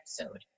episode